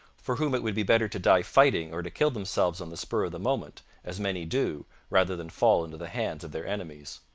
for whom it would be better to die fighting or to kill themselves on the spur of the moment, as many do rather than fall into the hands of their enemies